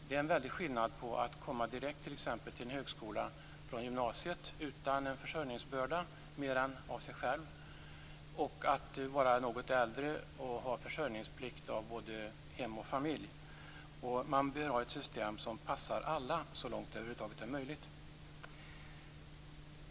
Det är en väldig skillnad på att t.ex. komma direkt till en högskola från gymnasiet utan annan försörjningsbörda än sig själv och att vara något äldre och ha försörjningsplikt gentemot både hem och familj. Man bör ha ett system som passar alla så långt det över huvud taget är möjligt.